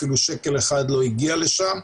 אפילו שקל אחד לא הגיע לשם.